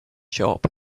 shop